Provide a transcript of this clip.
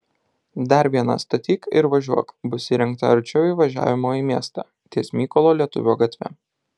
dar viena statyk ir važiuok bus įrengta arčiau įvažiavimo į miestą ties mykolo lietuvio gatve